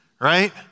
right